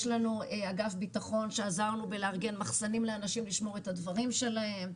יש לנו אגף ביטחון שעזרנו בארגון מחסנים לאנשים לשמור את הדברים שלהם.